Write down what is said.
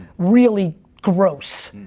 really gross.